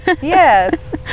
Yes